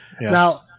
Now